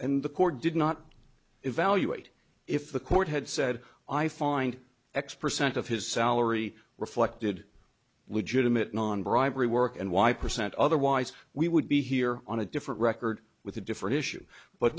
and the court did not evaluate if the court had said i find x percent of his salary reflected legitimate non bribery work and y percent otherwise we would be here on a different record with a different issue but